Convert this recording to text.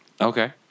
Okay